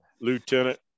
Lieutenant